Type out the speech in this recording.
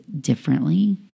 differently